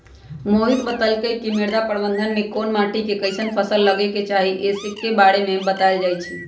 मोहित बतलकई कि मृदा प्रबंधन में कोन माटी में कईसन फसल लगे के चाहि ई स के बारे में बतलाएल जाई छई